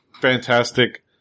fantastic